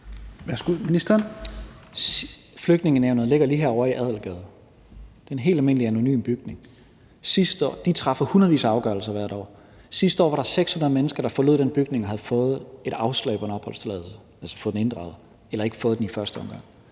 (Mattias Tesfaye): Flygtningenævnet ligger lige herovre i Adelgade. Det er en helt almindelig, anonym bygning. De træffer hundredvis af afgørelser hvert år. Sidste år var der 600 mennesker, der forlod den bygning og havde fået et afslag på en opholdstilladelse, altså fået den inddraget eller ikke fået den i første omgang.